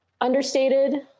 understated